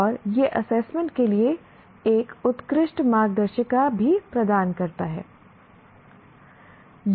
और यह एसेसमेंट के लिए एक उत्कृष्ट मार्गदर्शिका भी प्रदान करता है